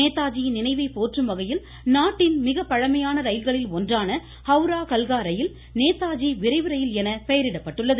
நேதாஜியின் நினைவை போற்றும் வகையில் நாட்டின் மிகப் பழமையான ரயில்களில் ஒன்றான ஹவரா கல்கா ரயில் நேதாஜி விரைவு ரயில் என பெயரிடப்பட்டுள்ளது